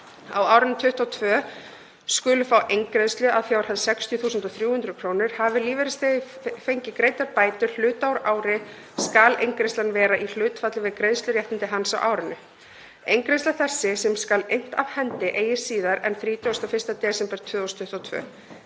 á árinu 2022 skulu fá eingreiðslu að fjárhæð 60.300 kr. Hafi lífeyrisþegi fengið greiddar bætur hluta úr ári skal eingreiðslan vera í hlutfalli við greiðsluréttindi hans á árinu. Eingreiðsla þessi, sem skal innt af hendi eigi síðar en 31. desember 2022,